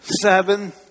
seven